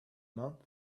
month